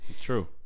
True